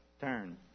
turn